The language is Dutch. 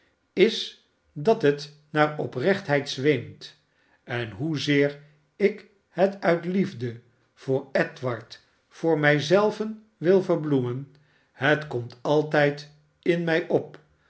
is dat het naar oprechtheid zweemt en hoezeer ik het uit liefde voor edward voor mij zelven wil verbloemen het komt altijd in mij op